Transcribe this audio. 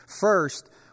First